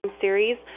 series